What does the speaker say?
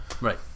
right